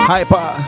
Hyper